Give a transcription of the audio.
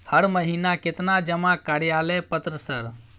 हर महीना केतना जमा कार्यालय पत्र सर?